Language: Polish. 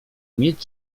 mieć